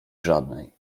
żadnej